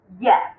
Yes